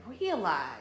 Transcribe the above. realize